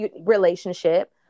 Relationship